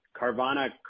Carvana